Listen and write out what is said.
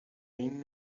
این